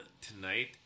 tonight